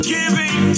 Giving